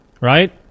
Right